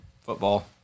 football